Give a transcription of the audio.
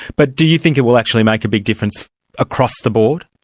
but do you think it will actually make a big difference across the board?